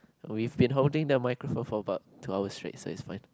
we've been holding the microphone for about two hours straight so it's fine